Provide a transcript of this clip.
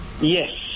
Yes